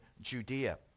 Judea